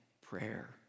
prayer